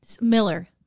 Miller